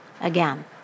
again